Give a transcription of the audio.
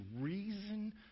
reason